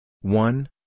one